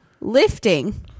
lifting